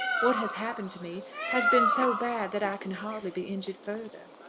what has happened to me has been so bad that i can hardly be injured further.